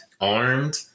armed